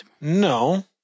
no